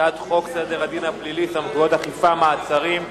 הצעת חוק סדר הדין הפלילי (סמכויות אכיפה, מעצרים)